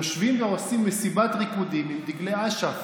יושבים ועושים מסיבת ריקודים עם דגלי אש"ף,